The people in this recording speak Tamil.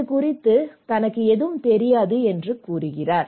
இது குறித்து தனக்கு எதுவும் தெரியாது என்று கூறுகிறார்